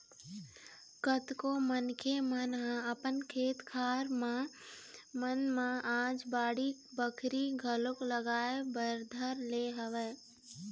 कतको मनखे मन ह अपन खेत खार मन म आज बाड़ी बखरी घलोक लगाए बर धर ले हवय